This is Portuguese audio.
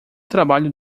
trabalho